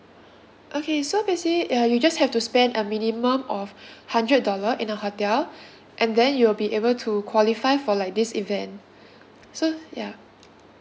okay so basically uh you just have to spend a minimum of hundred dollar in our hotel and then you'll be able to qualify for like this event so ya